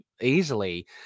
easily